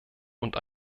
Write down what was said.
und